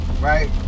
right